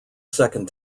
second